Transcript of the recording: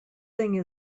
thing